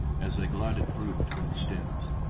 as they glided through between the stems,